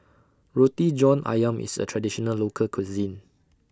Roti John Ayam IS A Traditional Local Cuisine